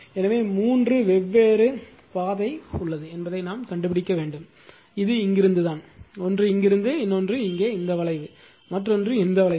எனவே மூன்று வெவ்வேறு பாதை உள்ளது என்பதை நாம் கண்டுபிடிக்க வேண்டும் இது இங்கிருந்துதான் ஒன்று இங்கிருந்து இன்னொன்று இங்கே இந்த வளைவு மற்றொன்று இந்த வளைவு